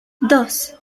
dos